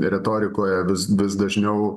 retorikoje vis vis dažniau